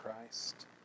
Christ